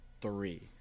three